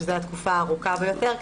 שזו התקופה הארוכה ביותר,